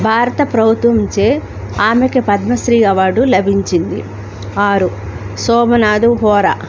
భారత ప్రభుత్వంచే ఆమెకి పద్మశ్రీ అవార్డు లభించింది ఆరు సోమనాధ హోరే